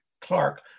Clark